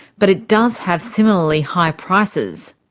but it does have similarly high prices.